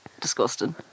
disgusting